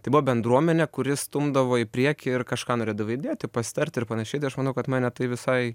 tai buvo bendruomenė kuri stumdavo į priekį ir kažką norėdavo įdėti pasitarti ir panašiai tai aš manau kad mane tai visai